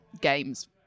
games